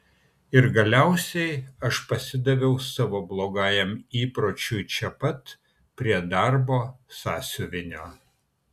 ir galiausiai aš pasidaviau savo blogajam įpročiui čia pat prie darbo sąsiuvinio